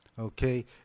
okay